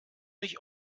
mich